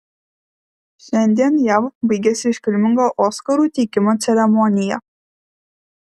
šiandien jav baigėsi iškilminga oskarų teikimo ceremonija